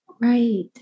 Right